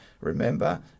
remember